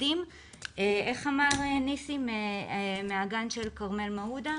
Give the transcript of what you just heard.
כפי שאמר ניסים מהגן של כרמל מעודה,